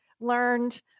learned